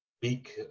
big